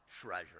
treasure